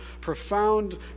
profound